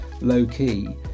low-key